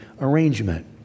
arrangement